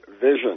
vision